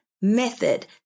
method